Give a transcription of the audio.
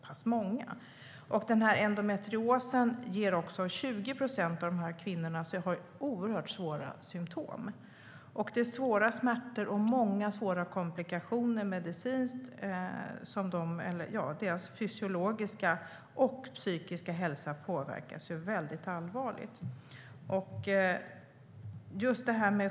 Endometrios ger 20 procent av de drabbade kvinnorna oerhört svåra symtom. Svåra smärtor och många svåra medicinska komplikationer påverkar både den fysiska och psykiska hälsan allvarligt.